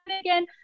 again